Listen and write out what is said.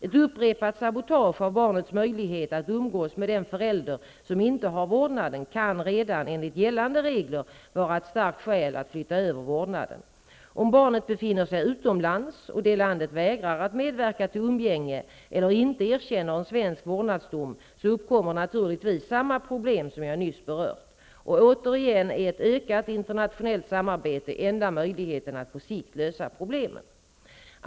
Ett upprepat sabotage av barnets möjlighet att umgås med den förälder som inte har vårdnaden kan redan enligt gällande regler vara ett starkt skäl att flytta över vårdnaden. Om barnet befinner sig utomlands och det landet vägrar att medverka till umgänge eller inte erkänner en svensk vårdnadsdom, så uppkommer naturligtvis samma problem som jag nyss berört. Och återigen är ett ökat internationellt samarbete enda möjligheten att på sikt lösa problemen.